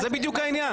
זה לא הגיוני,